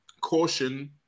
caution